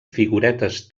figuretes